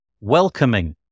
Welcoming